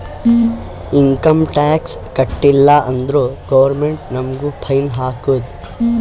income tax ಕಟ್ಟೀಲ ಅಂದುರ್ government ನಮುಗ್ ಫೈನ್ ಹಾಕ್ತುದ್